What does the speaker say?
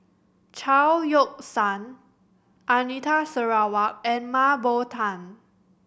Chao Yoke San Anita Sarawak and Mah Bow Tan